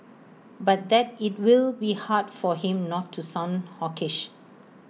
but that IT will be hard for him not to sound hawkish